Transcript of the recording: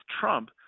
Trump